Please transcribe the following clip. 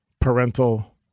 parental